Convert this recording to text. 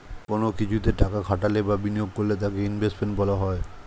কোন কিছুতে টাকা খাটালে বা বিনিয়োগ করলে তাকে ইনভেস্টমেন্ট বলা হয়